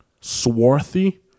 swarthy